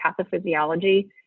pathophysiology